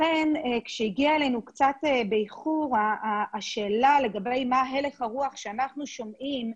לכן כאשר הגיעה אלינו קצת באיחור השאלה מה הלך הרוח שאנחנו שומעים,